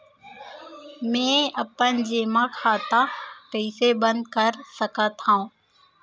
मै अपन जेमा खाता कइसे बन्द कर सकत हओं?